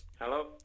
Hello